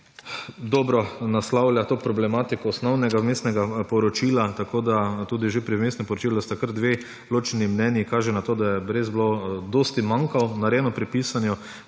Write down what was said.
dobro naslavlja to problematiko osnovnega vmesnega poročila. Tako sta že pri vmesnem poročilu kar dve ločeni mnenji in kaže na to, da je res bilo dosti manka narejeno pri pisanju;